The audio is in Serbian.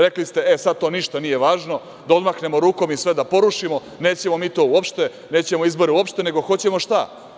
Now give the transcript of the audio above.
Rekli ste – e, sada to ništa nije važno, da odmahnemo rukom i sve da porušimo, nećemo mi to uopšte, nećemo izbore uopšte, nego hoćemo šta?